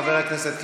חבר הכנסת קיש,